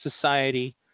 society